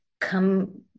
come